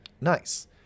Nice